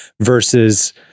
versus